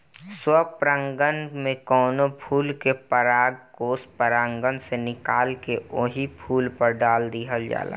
स्व परागण में कवनो फूल के परागकोष परागण से निकाल के ओही फूल पर डाल दिहल जाला